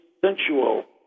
sensual